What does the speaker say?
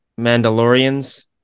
Mandalorians